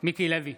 מיקי לוי,